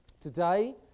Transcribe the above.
today